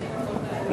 להצבעה.